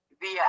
via